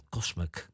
Cosmic